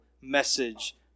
message